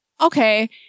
okay